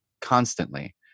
constantly